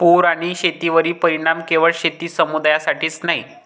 पूर आणि शेतीवरील परिणाम केवळ शेती समुदायासाठीच नाही